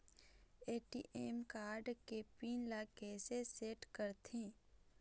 ATM card के pin ला कैसे सेट करथे?